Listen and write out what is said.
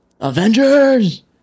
Avengers